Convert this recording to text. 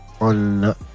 On